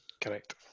Correct